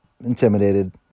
intimidated